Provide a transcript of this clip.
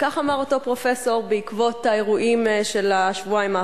וכך אמר אותו פרופסור בעקבות האירועים של השבועיים האחרונים: